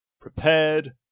Prepared